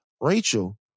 Rachel